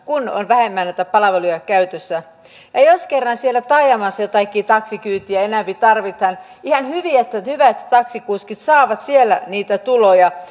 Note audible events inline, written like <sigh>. kun on vähemmän näitä palveluja käytössä ja jos kerran siellä taajamassa jotakin taksikyytiä enempi tarvitaan on ihan hyvä että taksikuskit saavat siellä niitä tuloja <unintelligible>